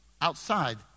outside